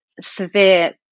severe